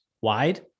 wide